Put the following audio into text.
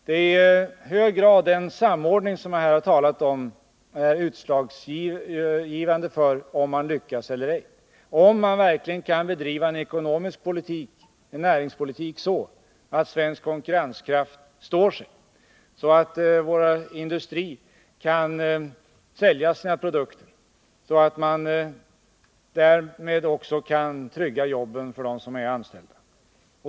Det är i hög grad den samordning som jag har talat om som är utslagsgivande för om man lyckas eller ej, om man verkligen kan bedriva en ekonomisk politik och en näringspolitik så att svensk konkurrenskraft står sig, så att industrin kan sälja sina produkter och att man därmed också kan trygga jobben för dem som är anställda.